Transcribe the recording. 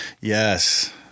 Yes